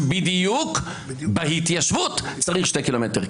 ובדיוק בהתיישבות צריך שני קילומטר,